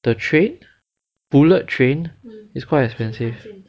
the train bullet train is quite expensive